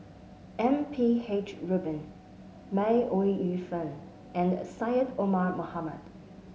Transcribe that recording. M P H Rubin May Ooi Yu Fen and Syed Omar Mohamed